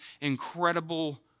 incredible